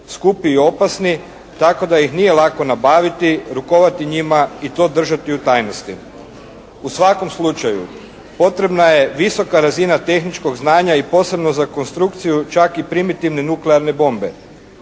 skupi i opasni tako da ih nije lako nabaviti, rukovati njima i to držati u tajnosti. U svakom slučaju potrebna je visoka razina tehničkog znanja i posebno za konstrukciju čak i primitivne nuklearne bombe.